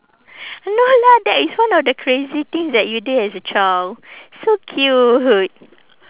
no lah that is one of the crazy things that you did as a child so cute